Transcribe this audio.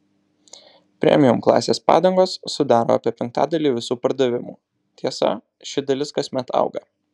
premium klasės padangos sudaro apie penktadalį visų pardavimų tiesa ši dalis kasmet auga